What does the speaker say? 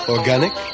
Organic